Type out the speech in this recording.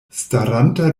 staranta